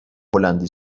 هلندی